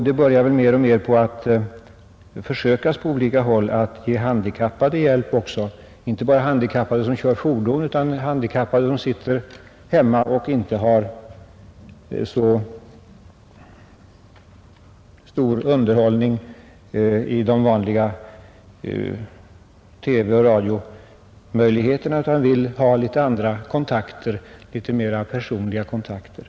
Man börjar också på olika håll mer och mer försöka ge handikappade hjälp — inte bara handikappade som kör fordon utan handikappade som inte finner så stor underhållning i de vanliga TV och radioprogrammen utan vill ha litet andra kontakter, litet mer personliga kontakter.